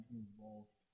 involved